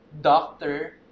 doctor